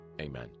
Amen